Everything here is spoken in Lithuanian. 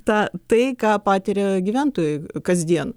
tą tai ką patiria gyventojai kasdien